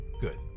Good